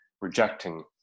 rejecting